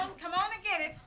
on. come on, and get it.